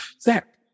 Zach